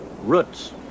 Roots